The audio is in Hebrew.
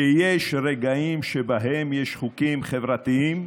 שיש רגעים שבהם יש חוקים חברתיים,